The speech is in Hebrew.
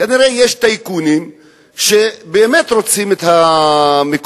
כנראה יש טייקונים שבאמת רוצים את המקומות